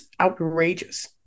outrageous